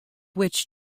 which